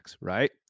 right